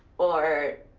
or.